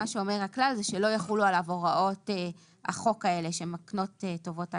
שאומר הכלל זה שלא יחולו עליו הוראות החוק האלה שמקנות טובות הנאה.